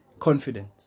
confident